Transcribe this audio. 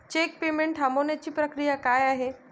Check payment थांबवण्याची प्रक्रिया काय आहे?